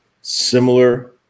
similar